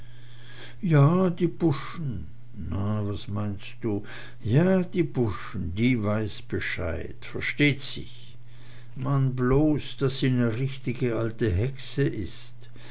ja die buschen na was meinst du ja die buschen die weiß bescheid versteht sich man bloß daß sie ne richtige alte hexe is